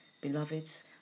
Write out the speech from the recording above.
Beloveds